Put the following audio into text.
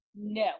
No